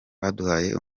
baduhaye